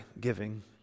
giving